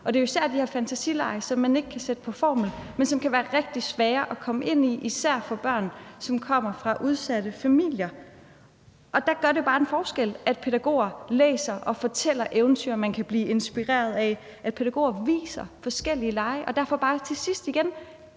Det er jo især de her fantasilege, som man ikke kan sætte på formel, men som kan være rigtig svære at komme ind i, især for børn, som kommer fra udsatte familier. Og der gør det bare en forskel, at pædagoger læser og fortæller eventyr, man kan blive inspireret af, og at pædagoger viser forskellige lege. Derfor vil jeg bare til sidst igen